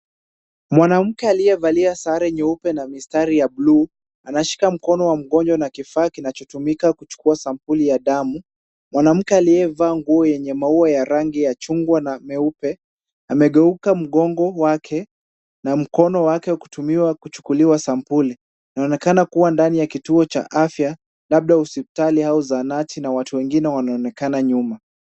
Mwanamke aliyevalia sare nyeupe na mistari ya buluu, anashika mkono wa mgojwa na kifaa kinachotumika kuchukua sampuli ya damu. Mwanamke aliyevaa nguo yenye maua ya rangi ya chungwa na meupe, amegeuka mgongo wake na mkono wake kutumiwa kuchukuliwa sampuli, inaonekana kuwa ndani ya kituo cha afya, labda hosipitali au zahanati na watu wengine wanaonekana nyuma.